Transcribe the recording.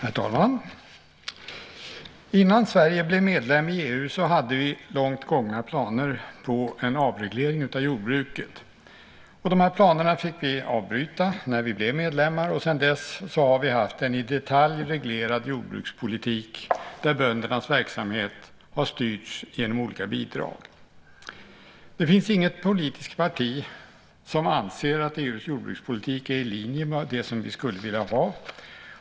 Herr talman! Innan Sverige blev medlem i EU hade vi långt gångna planer på en avreglering av jordbruket. De här planerna fick vi avbryta när vi blev medlemmar, och sedan dess har vi haft en i detalj reglerad jordbrukspolitik där böndernas verksamhet har styrts genom olika bidrag. Det finns inget politiskt parti som anser att EU:s jordbrukspolitik är i linje med det som vi skulle vilja ha.